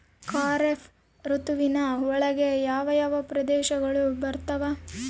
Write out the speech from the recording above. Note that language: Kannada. ಖಾರೇಫ್ ಋತುವಿನ ಒಳಗೆ ಯಾವ ಯಾವ ಪ್ರದೇಶಗಳು ಬರ್ತಾವ?